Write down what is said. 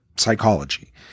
psychology